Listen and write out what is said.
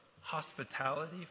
hospitality